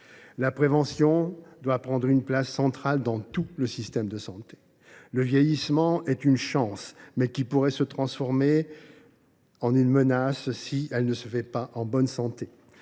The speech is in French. La prévention doit prendre une place centrale dans tout système de santé. Le vieillissement est une chance, mais il peut devenir une menace s’il ne se fait pas en bonne santé.